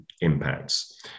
impacts